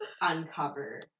uncover